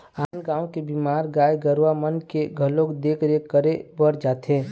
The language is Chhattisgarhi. आन गाँव के बीमार गाय गरुवा मन के घलोक देख रेख करे बर जाथे